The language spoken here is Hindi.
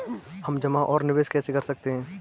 हम जमा और निवेश कैसे कर सकते हैं?